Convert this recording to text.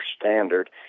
standard